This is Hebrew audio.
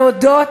להודות